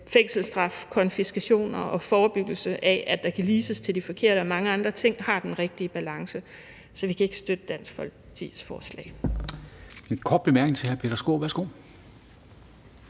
fængselsstraf, konfiskationer og forebyggelse af, at der kan leases til de forkerte, og mange andre ting – har den rigtige balance. Så vi kan ikke støtte Dansk Folkepartis forslag.